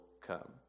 come